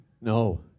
No